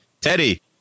Teddy